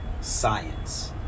Science